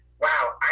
wow